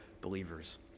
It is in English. believers